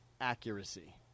accuracy